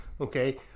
Okay